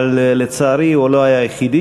אבל לצערי הוא לא היה יחיד,